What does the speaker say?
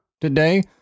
today